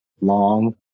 long